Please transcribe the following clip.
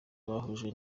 bahujwe